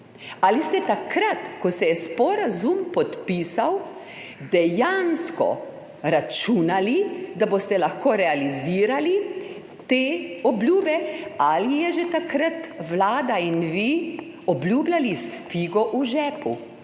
Ali ste takrat, ko se je sporazum podpisal, dejansko pričakovali, da boste lahko realizirali te obljube, ali ste že takrat, vlada in vi, obljubljali s figo v žepu?